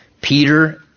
Peter